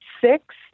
six